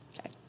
Okay